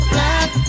Black